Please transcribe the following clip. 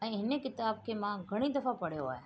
ऐं हिन किताब खे मां घणी दफ़ा पढ़ियो आहे